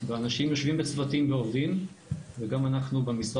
ואנשים יושבים בצוותים ועובדים וגם אנחנו במשרד